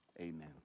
amen